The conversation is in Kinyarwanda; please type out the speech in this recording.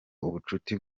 ubucuti